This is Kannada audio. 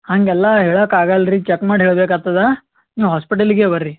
ಹಂಗೆಲ್ಲಾ ಹೇಳೋಕ್ ಆಗಲ್ಲ ರೀ ಚೆಕ್ ಮಾಡಿ ಹೇಳ್ಬೇಕು ಆಗ್ತದೆ ನೀವು ಹಾಸ್ಪಿಟಲ್ಲಿಗೆ ಬರ್ರಿ